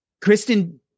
Kristen